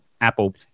apple